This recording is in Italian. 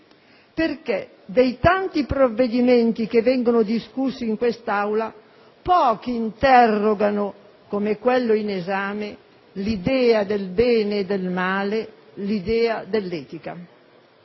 perché dei tanti provvedimenti che vengono discussi in quest'Aula pochi interrogano, come quello in esame, l'idea del bene e del male, l'idea dell'etica.